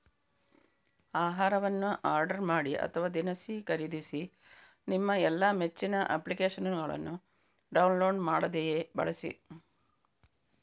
ಆಹಾರವನ್ನು ಆರ್ಡರ್ ಮಾಡಿ ಅಥವಾ ದಿನಸಿ ಖರೀದಿಸಿ ನಿಮ್ಮ ಎಲ್ಲಾ ಮೆಚ್ಚಿನ ಅಪ್ಲಿಕೇಶನ್ನುಗಳನ್ನು ಡೌನ್ಲೋಡ್ ಮಾಡದೆಯೇ ಬಳಸಿ